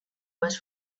was